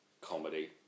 comedy